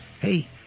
hey